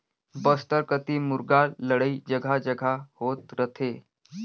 बस्तर कति मुरगा लड़ई जघा जघा होत रथे